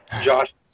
josh